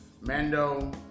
Mando